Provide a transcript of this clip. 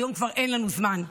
היום כבר אין לנו זמן.